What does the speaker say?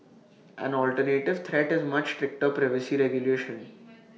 an alternative threat is much stricter privacy regulation